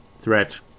threat